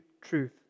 truth